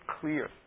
clear